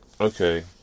okay